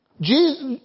Jesus